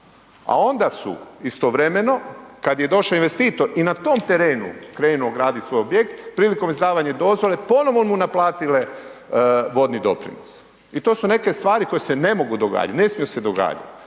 A onda su istovremeno kada je došao investitor i na tom terenu krenuo graditi svoj objekt prilikom izdavanja dozvole ponovno mu naplatile vodni doprinos. I to su neke stvari koje se ne mogu događati, ne smiju se događati.